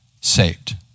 saved